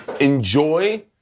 enjoy